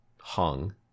hung